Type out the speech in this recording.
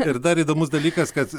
ir dar įdomus dalykas kad